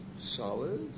solid